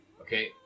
Okay